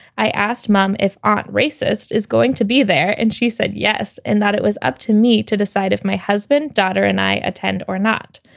i asked mom if aren't racist is going to be there and she said yes, and that it was up to me to decide if my husband, daughter and i attend or not.